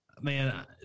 man